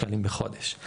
בחודש,